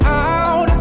out